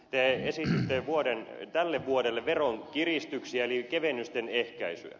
te esititte tälle vuodelle veronkiristyksiä eli kevennysten ehkäisyä